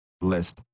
list